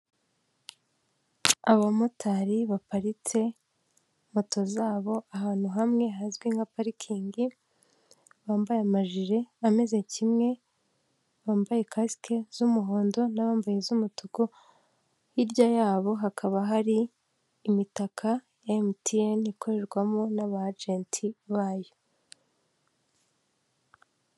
Abamotari baparitse moto zabo ahantu hamwe hazwi nka parikingi, bambaye amajire ameze kimwe, bambaye kasike z'umuhondo n'abambaye iz'umutuku, hirya yabo hakaba hari imitaka ya MTN ikorerwamo n'abajeti bayo.